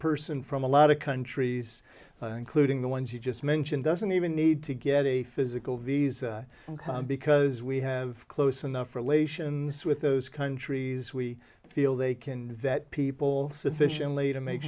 person from a lot of countries including the ones you just mentioned doesn't even need to get a physical visa because we have close enough relations with those countries we feel they can that people sufficiently to make